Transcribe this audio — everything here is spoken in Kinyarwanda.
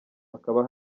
hakaba